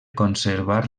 conservar